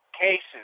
cases